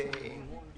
עמותת